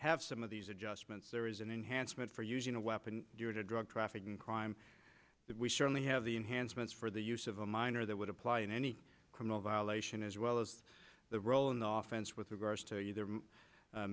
have some of these adjustments there is an enhancement for using a weapon during a drug trafficking crime that we certainly have the enhancements for the use of a minor that would apply in any criminal violation as well as the role in the office with regards to mit